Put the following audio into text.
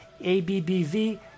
ABBV